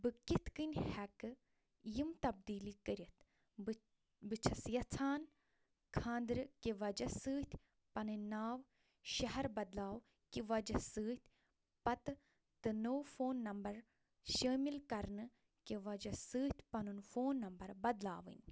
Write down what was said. بہٕ کِتھ کٔنۍ ہیٚکہٕ یِم تبدیٖلی کٔرِتھ بہٕ بہٕ چھیٚس یَژھان خانٛدرٕ کہِ وجہ سۭتۍ پنٕنۍ ناو شہر بدلاوٕنۍ کہِ وجہ سۭتۍ پتہٕ تہٕ نوٚو فون نمبر شٲمِل کرنہٕ کہِ وجہ سۭتۍ پنُن فون نمبر بدلاوٕنۍ